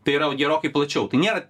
tai yra jau gerokai plačiau tai nėra